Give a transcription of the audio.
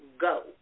go